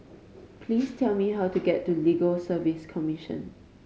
please tell me how to get to Legal Service Commission